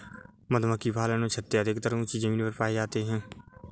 मधुमक्खी पालन में छत्ते अधिकतर ऊँची जमीन पर पाए जाते हैं